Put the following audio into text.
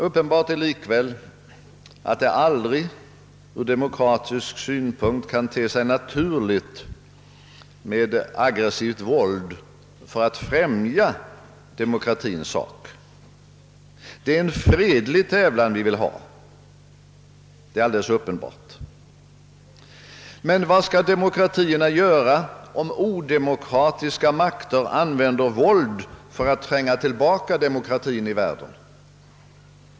Uppenbart är likväl att det aldrig ur demokratisk synpunkt kan te sig naturligt med aggressivt våld för att främja demokratiens sak, Det är en fredlig tävlan vi vill ha — det är alldeles uppenbart. Men vad kan de demokratiskt styrda länderna göra, om odemokratiska makter använder våld för att tränga tillbaka demokratien i världen?